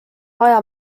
vaja